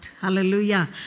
Hallelujah